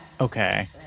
Okay